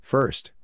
First